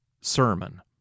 sermon